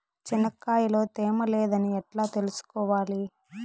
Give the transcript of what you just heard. చెనక్కాయ లో తేమ లేదని ఎట్లా తెలుసుకోవాలి?